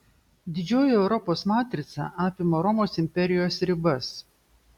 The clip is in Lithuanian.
didžioji europos matrica apima romos imperijos ribas